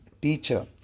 teacher